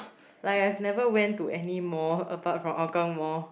like I've never went to any mall apart from Hougang Mall